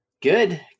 Good